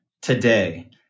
today